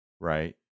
right